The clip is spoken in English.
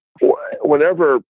whenever